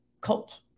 cult